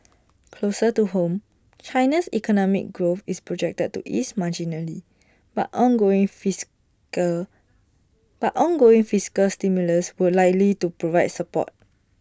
closer to home China's economic growth is projected to ease marginally but ongoing fiscal but ongoing fiscal stimulus will likely provide support